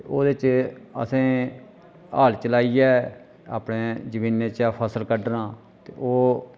ते ओह्दे च असें हल्ल चलाइयै अपने जमीनै चा फसल कड्ढना ते ओह्